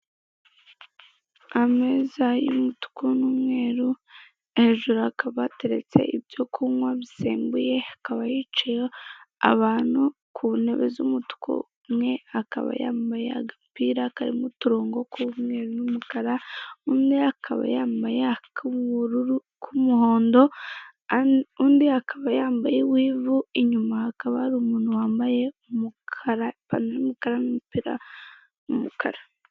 Ameza y'umutuku n'umweru, hejuru hakaba hateretse ibyo kunywa bisembuye, hakaba hicaye abantu ku ntebe z'umutuku, umwe akaba yambaye agapira karimo uturongo k'umweru n'umukara, umwe akaba yambaye ak'ubururu k'umuhondo, undi akaba yambaye uw'ivu, inyuma hakaba hari umuntu wambaye umukara, ipantaro y'umukara n'umupira w'umukara.